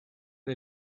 der